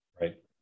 Right